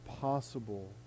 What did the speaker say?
possible